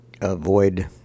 avoid